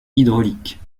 hydraulique